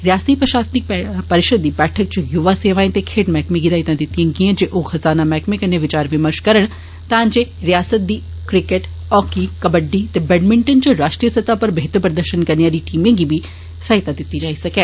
रियासती प्रशासनिक परिषद दी बैठक इच युवा सेवाए ते खेड मैहकमे गी हिदायता दितिया गेईयां जे ओ खजाना मैहकमे कन्ने विचार विमर्ष करन तां जे रियासती दी क्रिकेट हॉकी कब्बडी ते बैडमिनटन इच राष्ट्रीय सतह उपर बेहतर प्रदर्शन करने आली टीमें दी बी सहायता दिती जाई सकै